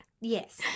Yes